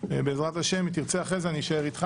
בעזרת השם אם תרצה אחר כך אני אשאר איתך